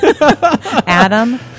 Adam